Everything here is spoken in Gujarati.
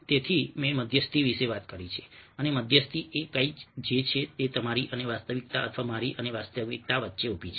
તેથી મેં મધ્યસ્થી વિશે વાત કરી છે અને મધ્યસ્થી એ કંઈક છે જે તમારી અને વાસ્તવિકતા અથવા મારી અને વાસ્તવિકતા વચ્ચે ઊભી છે